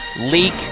leak